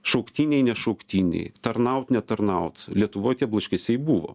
šauktiniai ne šauktiniai tarnaut ne tarnaut lietuvoj tie blaškesiai buvo